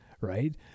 Right